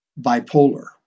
bipolar